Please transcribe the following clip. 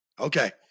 Okay